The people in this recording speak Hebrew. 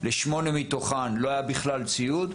לשמונה מתוכן לא היה בכלל ציוד.